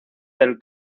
del